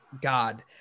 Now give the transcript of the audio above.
God